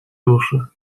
duszy